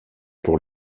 pour